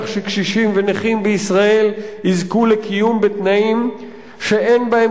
שקשישים ונכים בישראל יזכו לקיום בתנאים שאין בהם